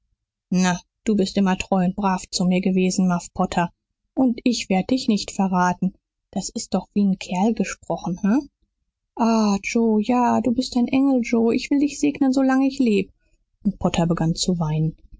na du bist immer treu und brav zu mir gewesen muff potter und ich werd dich nicht verraten das ist doch wie n kerl gesprochen he o joe ja du bist ein engel joe ich will dich segnen so lang ich leb und potter begann zu weinen